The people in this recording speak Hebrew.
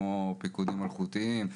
כמו פיקודים אלחוטיים,